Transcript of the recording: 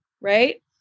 Right